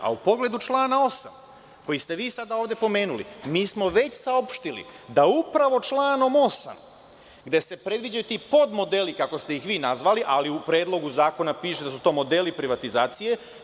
U pogledu člana 8, koji ste vi sada ovde pomenuli, mi smo već saopštili da članom 8, gde se predviđaju ti podmodeli, kako ste ih nazvali, ali u Predlogu zakona piše da su to modeli privatizacije.